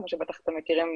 כמו שבטח אתם מכירים,